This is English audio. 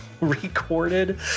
Recorded